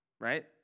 right